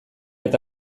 eta